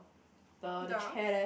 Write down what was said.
the the chair leh